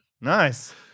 Nice